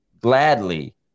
gladly